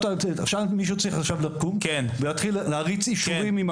מישהו צריך עכשיו לקום ולהתחיל להריץ אישורים.